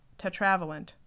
Tetravalent